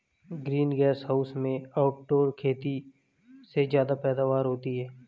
green gas house में outdoor खेती से ज्यादा पैदावार होता है